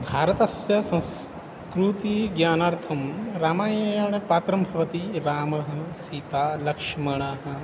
भारतस्य संस्कृति ज्ञानार्थं रामायण पात्रं भवति रामः सीता लक्ष्मणः